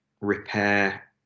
repair